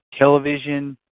television